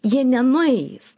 jie nenueis